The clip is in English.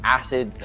acid